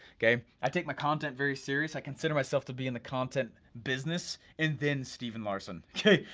okay? i take my content very serious, i consider myself to be in the content business and then stephen larsen, okay?